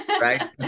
right